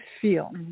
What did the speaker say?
feel